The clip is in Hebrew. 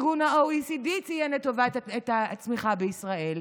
ה-OECD ציין לטובה את הצמיחה בישראל.